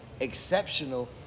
exceptional